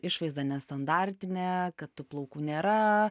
išvaizda nestandartinė kad tu plaukų nėra